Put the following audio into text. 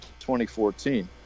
2014